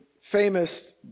famous